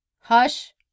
HUSH